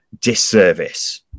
disservice